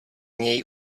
něj